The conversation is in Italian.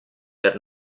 per